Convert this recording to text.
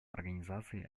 организации